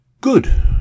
Good